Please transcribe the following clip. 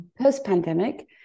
post-pandemic